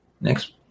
Next